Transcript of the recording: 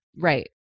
Right